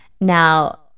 Now